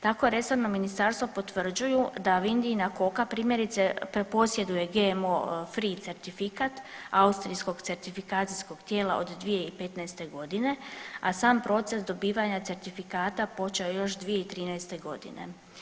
Tako resorna ministarstva potvrđuju da Vindijina KOKA primjerice posjeduje GMO free certifikat austrijskog certifikacijskog tijela od 2015. godine, a sam proces dobivanja certifikata počeo je još 2013. godine.